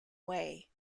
way